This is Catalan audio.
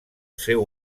seu